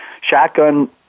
shotgun